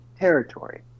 territory